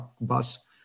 bus